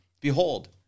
Behold